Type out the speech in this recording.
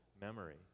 memory